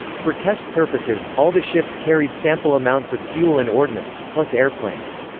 for test purposes, all the ships carried sample amounts of fuel and ordnance, plus airplanes.